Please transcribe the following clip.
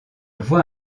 vois